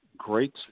Great